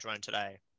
today